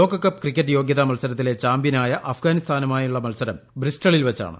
ലോക cup cricket യോഗൃതാ മത്സരത്തിലെ ചാമ്പ്യനായ അഫ്ഗാനിസ്ഥാനുമായുള്ള മത്സരം ബ്രിസ്റ്റളിൽ വച്ചാണ്